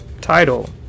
Title